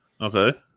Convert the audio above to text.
okay